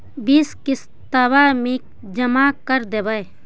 बिस किस्तवा मे जमा कर देवै?